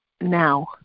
now